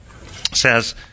says